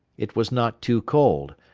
it was not too cold.